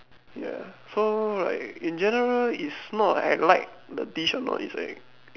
ya so like in general is not like I like the dish or not is like